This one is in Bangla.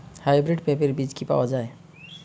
হাইব্রিড পেঁপের বীজ কি পাওয়া যায়?